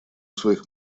своих